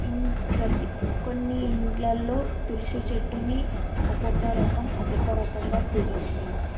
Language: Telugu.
ఇన్ ప్రతి కొన్ని ఇళ్ళలో తులసి చెట్టుని ఒక్కొక్క రకం ఒక్కొక్క రకంగా పూజిస్తారు